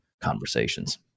conversations